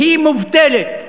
והיא מובטלת.